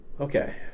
Okay